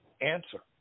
answer